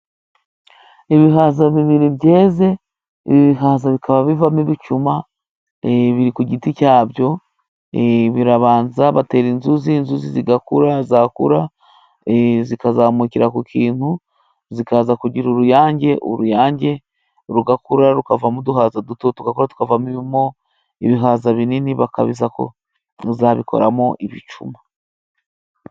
Ibihaza bibiri byeze, ibi bihaza bikaba bivamo ibicuma, biri ku giti cyabyo, birabanza batera inzuzi inzuzi zigakura, zakura zikazamukira ku kintu zikaza kugira uruyange, uruyange rugakura rukavamo uduhaza duto tugakura tukavamo ibihaza binini bakazabikoramo ibicuma.